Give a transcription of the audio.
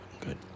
good